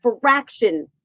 fraction